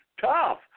tough